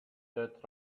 that